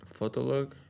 Photolog